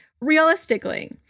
realistically